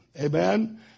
amen